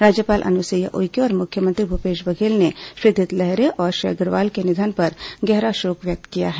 राज्यपाल अनुसुईया उइके और मुख्यमंत्री भूपेश बघेल ने श्री धृतलहरे और श्री अग्रवाल के निधन पर गहरा शोक व्यक्त किया है